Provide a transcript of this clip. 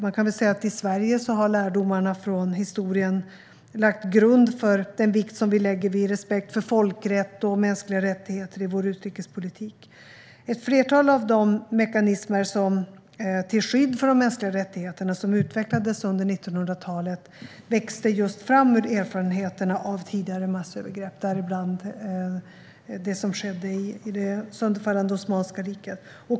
I Sverige har lärdomarna från historien lagt grunden för den vikt vi lägger vid respekt för folkrätten och mänskliga rättigheter i vår utrikespolitik. Ett flertal av de mekanismer till skydd för de mänskliga rättigheterna som utvecklades under 1900-talet växte fram just ur erfarenheterna från tidigare massövergrepp, däribland det som skedde i det sönderfallande Osmanska riket.